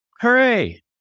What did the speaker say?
Hooray